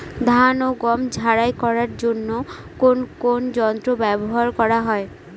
ধান ও গম ঝারাই করার জন্য কোন কোন যন্ত্র ব্যাবহার করা হয়?